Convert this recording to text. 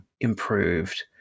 improved